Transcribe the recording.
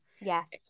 Yes